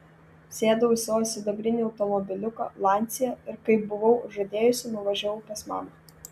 sėdau į savo sidabrinį automobiliuką lancia ir kaip buvau žadėjusi nuvažiavau pas mamą